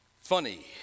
Funny